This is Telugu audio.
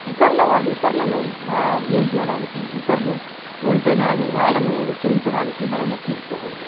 ఇతరుల వాళ్ళు ఇతరులను గేలి చేయడానికి ఇతరులు ఓడిపోయారని వాళ్ళను వెక్కిరించడానికి మనము తీసుకోకూడదు